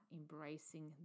embracing